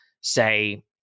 say